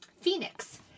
Phoenix